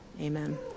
Amen